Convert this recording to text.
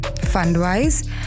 fund-wise